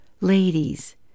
Ladies